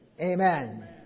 amen